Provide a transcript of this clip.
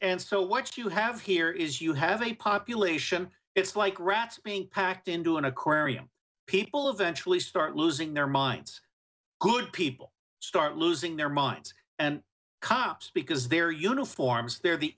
and so what you have here is you have a population it's like rats me packed into an aquarium people of ventura we start losing their minds good people start losing their minds and cops because their uniforms they're the